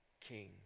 king